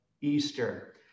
Easter